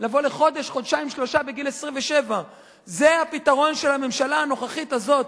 לבוא לחודש-חודשיים-שלושה בגיל 27. זה הפתרון של הממשלה הנוכחית הזאת.